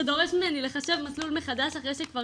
זה דורש ממני לחשב מסלול מחדש אחרי שכבר